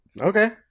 Okay